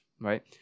right